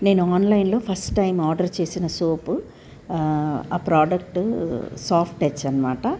నేను ఆన్లైన్లో first time order చేసిన సోపు ఆ ప్రోడక్టు సాఫ్ట్ టచ్ అనమాట